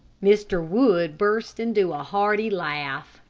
mr. wood burst into a hearty laugh.